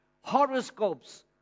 horoscopes